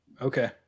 okay